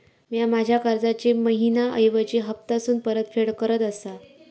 म्या माझ्या कर्जाची मैहिना ऐवजी हप्तासून परतफेड करत आसा